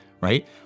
right